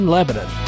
Lebanon